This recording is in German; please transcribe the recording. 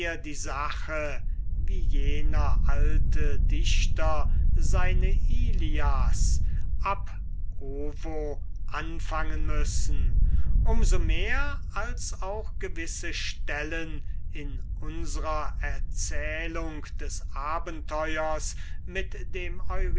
die sache wie jener alte dichter seine ilias ab ovo anfangen müssen um so mehr als auch gewisse stellen in unsrer erzählung des abenteuers mit dem